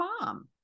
mom